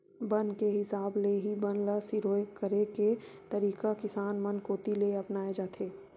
बन के हिसाब ले ही बन ल सिरोय करे के तरीका किसान मन कोती ले अपनाए जाथे